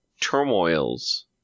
turmoil's